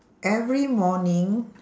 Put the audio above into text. every morning